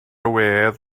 wedd